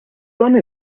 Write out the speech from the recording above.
done